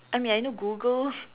I mean I know Google